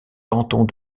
cantons